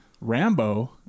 Rambo